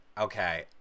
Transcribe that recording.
okay